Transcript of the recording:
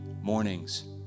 Mornings